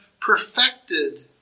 perfected